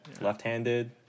Left-handed